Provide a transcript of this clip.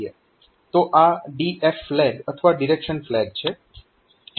તો આ DF flag અથવા ડિરેક્શન ફ્લેગ છે